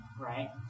right